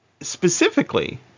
specifically